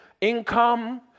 income